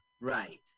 Right